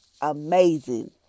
amazing